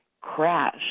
crash